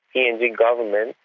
and and government,